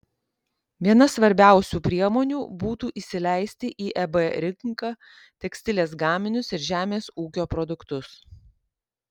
viena svarbiausių priemonių būtų įsileisti į eb rinką tekstilės gaminius ir žemės ūkio produktus